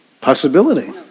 Possibility